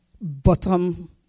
bottom